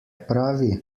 pravi